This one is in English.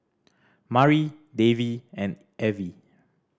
Mari Davey and Evie